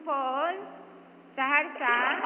Supaul Saharsa